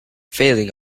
failing